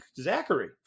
Zachary